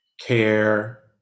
care